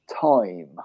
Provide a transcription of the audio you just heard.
time